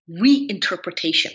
reinterpretation